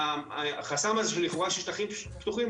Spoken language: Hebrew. החסם הזה של לכאורה שטחים פתוחים,